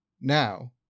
now